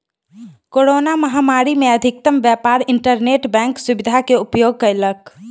corona महामारी में अधिकतम व्यापार इंटरनेट बैंक सुविधा के उपयोग कयलक